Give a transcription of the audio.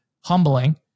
humbling